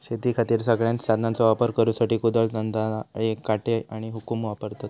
शेतीखातीर सगळ्यांत साधनांचो वापर करुसाठी कुदळ, दंताळे, काटे आणि हुकुम वापरतत